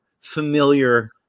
familiar